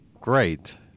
great